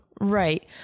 Right